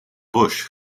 bush